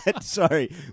Sorry